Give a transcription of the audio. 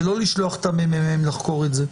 ולא לשלוח את הממ"מ לחקור את זה,